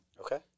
Okay